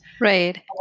Right